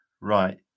right